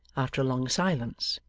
after a long silence,